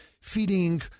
feeding